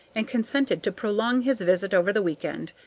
and consented to prolong his visit over the week end,